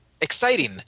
Exciting